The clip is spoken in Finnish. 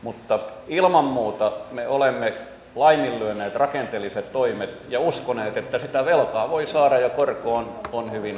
mutta ilman muuta me olemme laiminlyöneet rakenteelliset toimet ja uskoneet että sitä velkaa voi saada ja korko on hyvin halpa